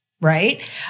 Right